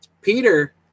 Peter